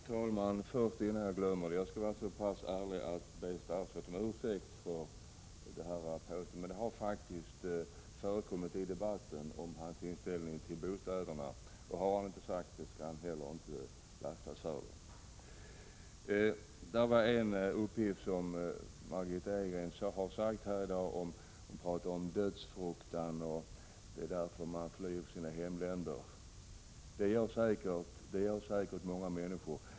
Fru talman! Innan jag glömmer det skulle jag vilja be statsrådet om ursäkt. Hans inställning till bostäderna har faktiskt förekommit i debatten. Men har han inte sagt på det sätt som jag påstod skall han heller inte lastas för det. Margitta Edgren pratade om dödsfruktan och sade att det är därför man flyr från sina hemländer. Det gör säkert många människor.